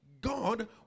God